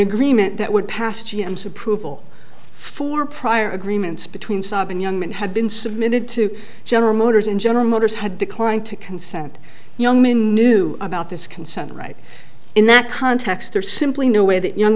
agreement that would pass g m's approval for prior agreements between saab and young men had been submitted to general motors and general motors had declined to consent young men knew about this consent right in that context there's simply no way that young